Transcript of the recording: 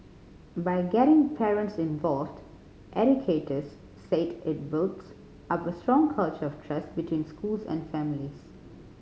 by getting parents involved educators said it builds up a strong culture of trust between schools and families